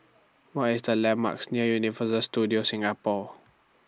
What IS The landmarks near Universal Studios Singapore